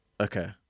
Okay